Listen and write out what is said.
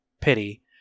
pity